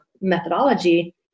methodology